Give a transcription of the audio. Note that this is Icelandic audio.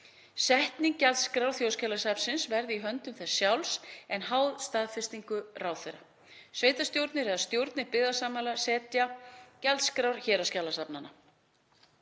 Setning gjaldskrár Þjóðskjalasafnsins verði í höndum þess sjálfs en háð staðfestingu ráðherra. Sveitarstjórnir eða stjórnir byggðasamlaga setji gjaldskrár héraðsskjalasafna.